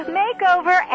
makeover